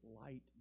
light